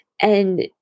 And-